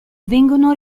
vengono